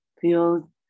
Feel